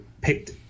picked